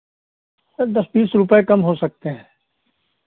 ओ दस बीस रुपए कम हो सकते हैं